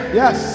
yes